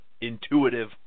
intuitive